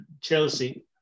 Chelsea